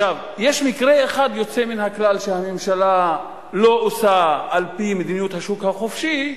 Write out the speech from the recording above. יש מקרה אחד שהממשלה לא עושה על-פי מדיניות השוק החופשי,